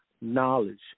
knowledge